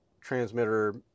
transmitter